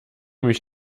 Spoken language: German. mich